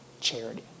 charity